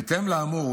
בהתאם לאמור,